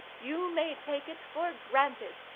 you may take, it for granted,